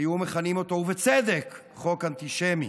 היו מכנים אותו, ובצדק, חוק אנטישמי.